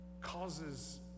causes